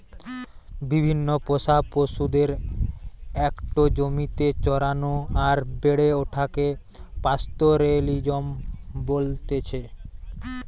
বিভিন্ন পোষা পশুদের একটো জমিতে চরানো আর বেড়ে ওঠাকে পাস্তোরেলিজম বলতেছে